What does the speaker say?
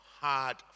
hard